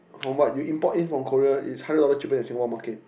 from what you import in from Korea is hundred dollar cheaper then Singapore market